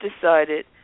decided